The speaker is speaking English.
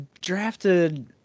drafted